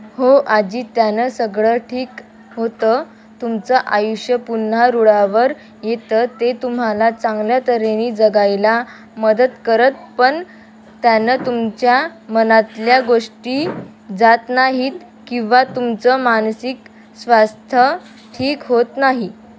हो आजी त्यानं सगळं ठीक होतं तुमचं आयुष्य पुन्हा रुळावर येतं ते तुम्हाला चांगल्या तऱ्हेने जगायला मदत करतं पण त्यानं तुमच्या मनातल्या गोष्टी जात नाहीत किंवा तुमचं मानसिक स्वास्थ्य ठीक होत नाही